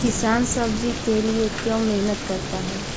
किसान सब्जी के लिए क्यों मेहनत करता है?